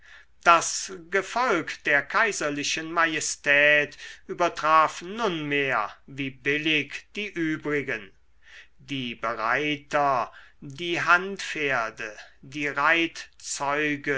das gefolg der kaiserlichen majestät übertraf nunmehr wie billig die übrigen die bereiter die handpferde die